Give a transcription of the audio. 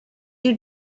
too